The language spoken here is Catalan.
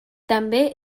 també